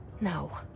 No